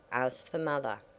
asked the mother.